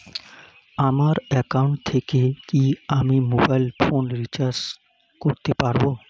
আমার একাউন্ট থেকে কি আমি মোবাইল ফোন রিসার্চ করতে পারবো?